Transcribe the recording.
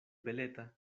beleta